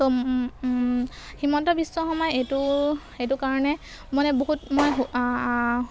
তো হিমন্ত বিশ্ব শৰ্মাই এইটো এইটো কাৰণে মানে বহুত মই